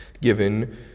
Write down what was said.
given